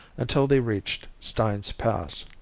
until they reached stein's pass.